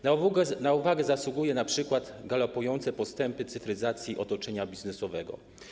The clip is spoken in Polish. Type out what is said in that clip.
Na uwagę zasługują np. galopujące postępy w cyfryzacji otoczenia biznesowego.